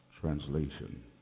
Translation